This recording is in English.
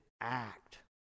act